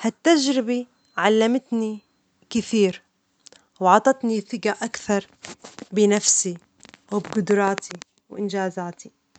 ،هالتجربة علمتني كثير وأعطتني ثجة أكثر بنفسي وبجدراتي وإنجازاتي.